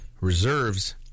reserves